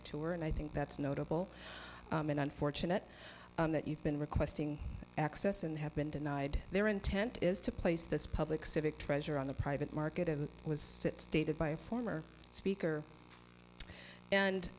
a tour and i think that's notable and unfortunate that you've been requesting access and have been denied their intent is to place this public civic treasure on the private market and was that stated by a former speaker and